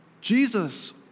Jesus